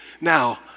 Now